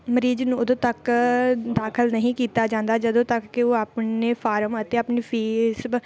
ਮਰੀਜ਼ ਨੂੰ ਉਦੋਂ ਤੱਕ ਦਾਖਲ ਨਹੀਂ ਕੀਤਾ ਜਾਂਦਾ ਜਦੋਂ ਤੱਕ ਕਿ ਉਹ ਆਪਣੇ ਫਾਰਮ ਅਤੇ ਆਪਣੀ ਫੀਸ ਬ